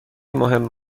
مهم